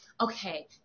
okay